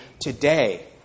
today